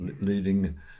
leading